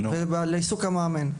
ההכשרה ובעיסוק המאמן.